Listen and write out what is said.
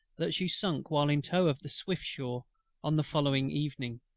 that she sunk while in tow of the swiftsure on the following evening,